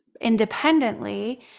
independently